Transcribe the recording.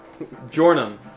Jornum